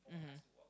mmhmm